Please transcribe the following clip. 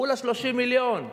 כולה 30 מיליון בשנה,